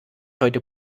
heute